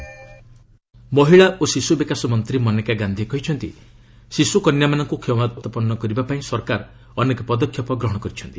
girl child day ମହିଳା ଓ ଶିଶ୍ର ବିକାଶ ମନ୍ତ୍ରୀ ମନେକା ଗାନ୍ଧି କହିଛନ୍ତି ଶିଶ୍ର କନ୍ୟାମାନଙ୍କୁ କ୍ଷମତାପନ୍ନ କରିବା ପାଇଁ ସରକାର ଅନେକ ପଦକ୍ଷେପ ଗ୍ରହଣ କରିଛନ୍ତି